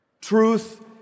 Truth